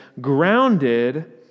grounded